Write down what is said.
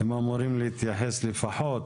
הם אמורים להתייחס לפחות